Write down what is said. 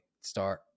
start